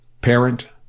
parent